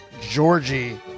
Georgie